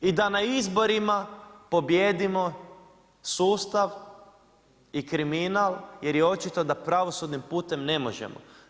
I da na izborima pobijedimo, sustav i kriminal, jer je očito da pravosudnim putem ne možemo.